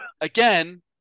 again